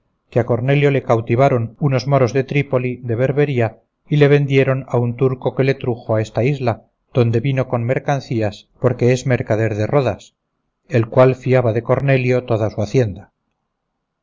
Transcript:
que a cornelio le cautivaron unos moros de trípol de berbería y le vendieron a un turco que le trujo a esta isla donde vino con mercancías porque es mercader de rodas el cual fiaba de cornelio toda su hacienda